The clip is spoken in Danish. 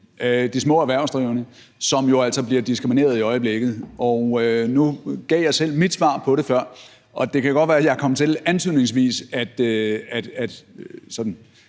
de små erhvervsdrivende, som jo altså bliver diskrimineret i øjeblikket. Nu gav jeg selv mit svar på det før, og det kan godt være, at jeg kom til antydningsvis at